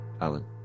Alan